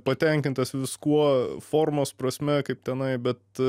patenkintas viskuo formos prasme kaip tenai bet